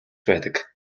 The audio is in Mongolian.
байдаг